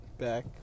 back